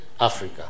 Africa